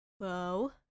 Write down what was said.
Whoa